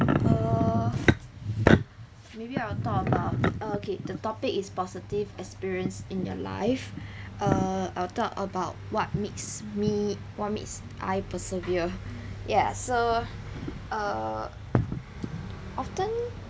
err maybe I'll talk about okay the topic is positive experience in your life err I'll talk about what makes me what makes I persevere ya so err often